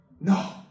No